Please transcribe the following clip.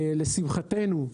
לשמחתנו,